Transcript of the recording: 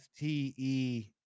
FTE